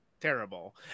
terrible